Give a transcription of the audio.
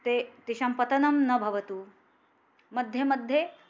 ते तेषां पतनं न भवतु मध्ये मध्ये